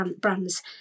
brands